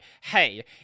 hey